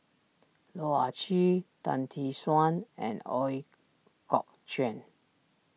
Loh Ah Chee Tan Tee Suan and Ooi Kok Chuen